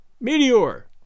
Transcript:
Meteor